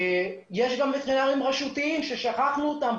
יש גם וטרינרים רשותיים בתמונה ששכחנו אותם,